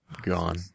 gone